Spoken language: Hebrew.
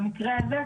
במקרה הזה,